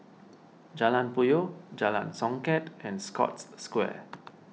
Jalan Puyoh Jalan Songket and Scotts Square